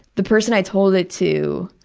the person i told it to